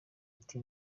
ati